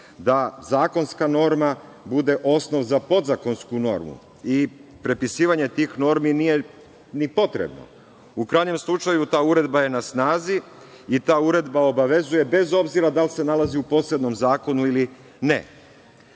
da zakonska norma bude osnov za podzakonsku normu i prepisivanje tih normi nije ni potrebno. U krajnjem slučaju, ta uredba je na snazi i ta uredba obavezuje, bez obzira da li se nalazi u posebnom zakonu ili